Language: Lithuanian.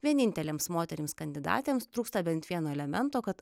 vienintelėms moterims kandidatėms trūksta bent vieno elemento kad